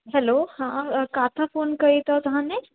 hello हा किथां phone कई अथव तव्हां ने